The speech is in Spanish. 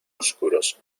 oscuros